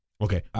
Okay